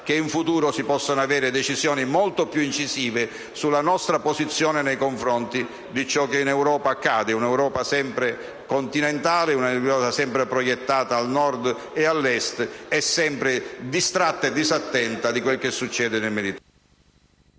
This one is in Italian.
che in futuro si possano avere decisioni molto più incisive sulla nostra posizione nei confronti di ciò che in Europa accade. Un'Europa sempre continentale, sempre proiettata al Nord e all'Est e sempre distratta e disattenta rispetto a quanto accade nel Mediterraneo.